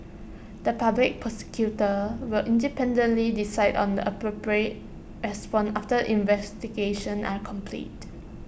the Public Prosecutor will independently decide on the appropriate response after investigations are completed